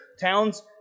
Towns